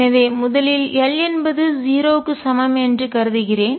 எனவே முதலில் l என்பது 0 க்கு சமம் என்று கருதுகிறேன்